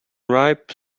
ripe